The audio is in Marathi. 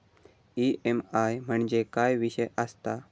ई.एम.आय म्हणजे काय विषय आसता?